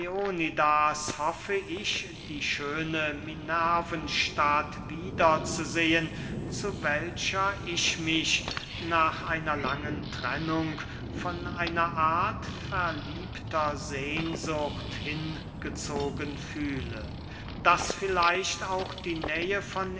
hoffe ich die schöne minervenstadt wieder zu sehen zu welcher ich mich nach einer langen trennung von einer art verliebter sehnsucht hingezogen fühle daß vielleicht auch die nähe von